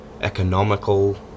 economical